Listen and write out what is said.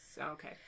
Okay